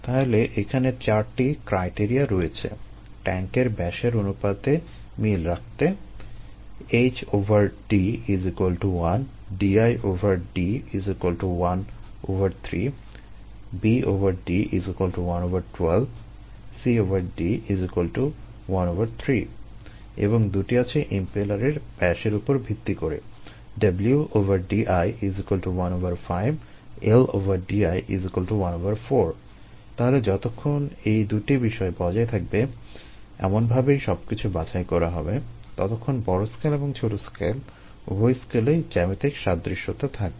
তাহলে এখানে চারটি ক্রাইটেরিয়া রয়েছে ট্যাংকের ব্যাসের অনুপাতে মিল রাখতে এবং দুটি আছে ইমপেলারের ব্যাসের উপর ভিত্তি করে তাহলে যতক্ষণ এই দুটি বিষয় বজায় থাকবে এমনভাবেই সব কিছু বাছাই করা হবে ততক্ষণ বড় স্কেল এবং ছোট স্কেল - উভয় স্কেলেই জ্যামিতিক সাদৃশ্যতা থাকবে